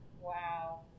Wow